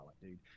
dude